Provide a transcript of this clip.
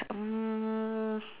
mm